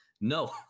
no